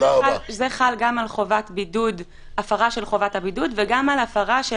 זה חל גם על הפרה של חובת הבידוד וגם על הפרה של